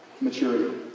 Maturity